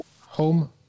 Home